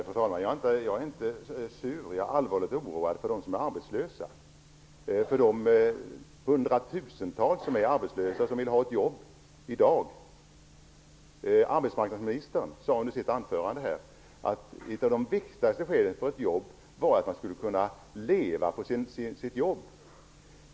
Fru talman! Jag är inte sur. Jag är allvarligt oroad för de hundratusentals människor som är arbetslösa och som vill ha ett jobb i dag. Arbetsmarknadsministern sade i sitt anförande att ett av de viktigaste kriterierna för ett jobb var att man skulle kunna leva på sin lön.